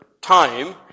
time